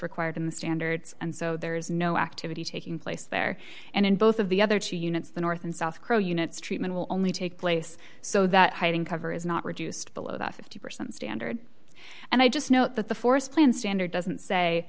required in the standards and so there is no activity taking place there and in both of the other two units the north and south crow units treatment will only take place so that hiding cover is not reduced below that fifty percent standard and i just know that the forest plan standard doesn't say